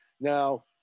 Now